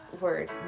word